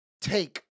take